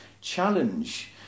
challenge